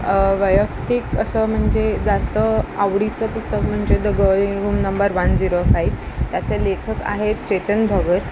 वैयक्तिक असं म्हणजे जास्त आवडीचं पुस्तक म्हणजे the girl in room number one zero five त्याचे लेखक आहेत चेतन भगत